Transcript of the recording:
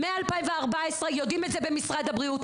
מ-2014 יודעים על זה במשרד הבריאות,